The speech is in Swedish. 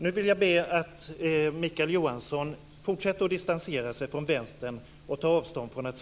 Nu vill jag be att Mikael Johansson fortsätter att distansera sig från Vänstern och tar avstånd från att